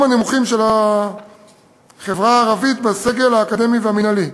הנמוכים של החברה הערבית בסגל האקדמי והמינהלי.